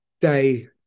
day